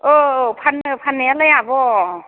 औ फानो फाननायालाय आब'